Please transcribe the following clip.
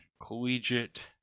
collegiate